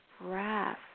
breath